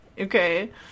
Okay